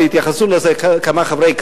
והתייחסו לכך כמה חברי כנסת,